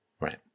Right